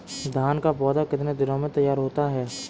धान का पौधा कितने दिनों में तैयार होता है?